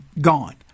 Gone